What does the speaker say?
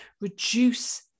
reduce